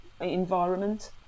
environment